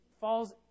falls